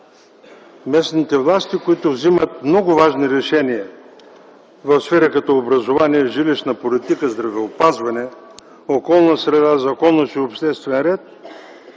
местните власти, които взимат много важни решения в сфери като образование, жилищна политика, здравеопазване, околна среда, законност и обществен ред